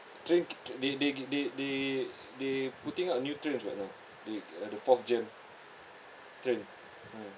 train c~ they they they they they putting up a new trains [what] now the uh the fourth gen train ah